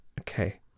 Okay